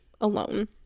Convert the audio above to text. alone